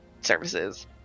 services